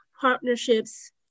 partnerships